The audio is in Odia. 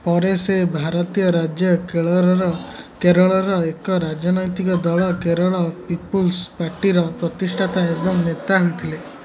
ପରେ ସେ ଭାରତୀୟ ରାଜ୍ୟ କେରଳର ଏକ ରାଜନୈତିକ ଦଳ କେରଳ ପିପୁଲ୍ସ ପାର୍ଟିର ପ୍ରତିଷ୍ଠାତା ଏବଂ ନେତା ହୋଇଥିଲେ